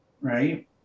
Right